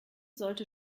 sollte